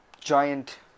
giant